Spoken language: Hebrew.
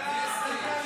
כלכלה.